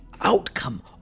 outcome